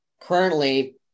Currently